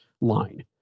line